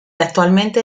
actualmente